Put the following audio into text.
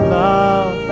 love